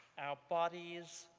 our bodies,